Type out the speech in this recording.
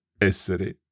essere